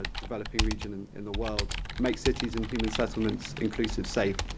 developing region and in the world, make cities and human settlements inclusive, safe,